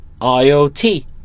IOT